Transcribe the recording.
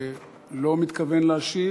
לא מתכוון להשיב,